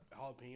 jalapeno